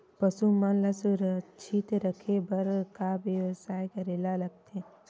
पशु मन ल सुरक्षित रखे बर का बेवस्था करेला लगथे?